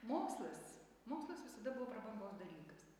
mokslas mokslas visada buvo prabangos dalykas